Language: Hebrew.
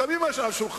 שמים על השולחן,